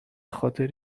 خاطر